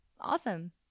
awesome